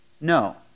No